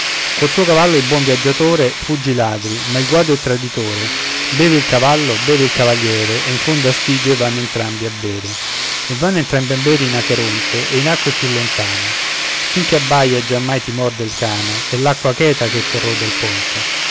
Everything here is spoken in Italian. col suo cavallo il buon viaggiatore fugge i ladri ma il guado è traditore beve il cavallo beve il cavaliere e in fondo a stige vanno entrambi a bere e vanno entrambi a bere in acheronte e in acque più lontane fin che abbaia giammai ti morde il cane è l'acqua cheta che corrode il ponte